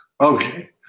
Okay